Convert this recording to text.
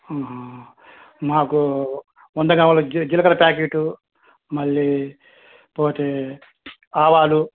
నాకు వంద గ్రాముల జీ జీలకర్ర ప్యాకేటు మళ్ళీ పోతే ఆవాలు